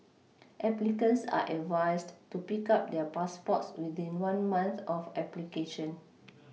applicants are advised to pick up their passports within one month of application